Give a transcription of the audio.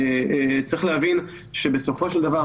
צריך להבין שבסופו של דבר,